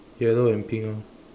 yellow and pink orh